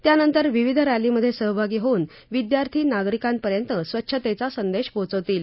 त्यांनतंर विविध रॅलीमधे सहभागी होऊन विदयार्थी नागरिकांपर्यंत स्वच्छतेचा संदेश पोहचवतील